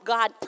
God